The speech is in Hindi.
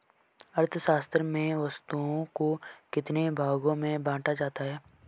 अर्थशास्त्र में वस्तुओं को कितने भागों में बांटा जाता है?